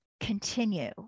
continue